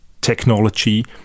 technology